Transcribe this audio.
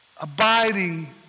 abiding